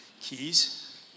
Keys